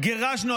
גירשנו,